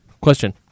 Question